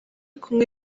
kumwe